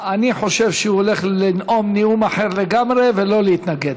אני חושב שהוא הולך לנאום נאום אחר לגמרי ולא להתנגד.